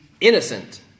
innocent